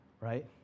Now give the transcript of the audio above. right